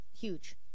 huge